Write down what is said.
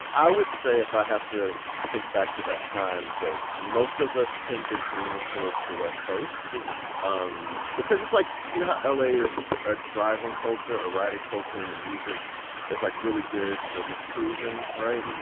i would say, if i have to think back to that time, that most of us tended to lean towards the west coast um because it's like you know how la is a driving culture, a riding culture, and the music is, like, really good for just cruising, right?